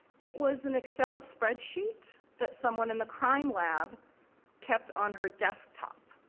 it was an excel spreadsheet that someone in the crime lab kept on her desktop,